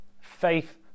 faith